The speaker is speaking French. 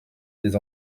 des